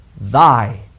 Thy